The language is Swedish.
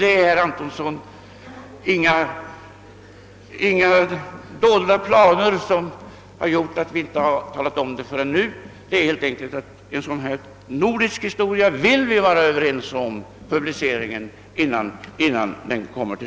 Det är, herr Antonsson, inga dolda planer som varit orsaken till att vi inte velat meddela detta förrän nu; orsaken är helt enkelt att vi när det gäller en nordisk grupp vill vara överens om publiceringen innan en sådan sak sker.